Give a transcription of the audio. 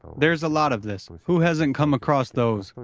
there is a lot of this. who hasn't come across those,